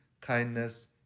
kindness